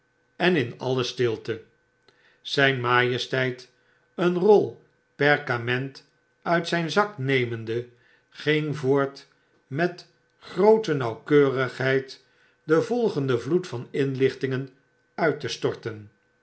en in alle stilte zijn majesteit een rol perkament uit zijn zaknemende ging voortmet groote nauwkeurigheid den volgenden vloed van inlichtingen uit te storten